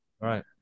Right